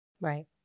Right